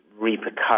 repercussions